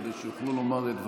כדי שיוכלו לומר את דבריהם.